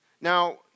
Now